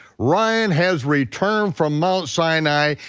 ryan has returned from mount sinai,